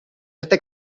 este